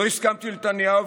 לא הסכמתי לנתניהו,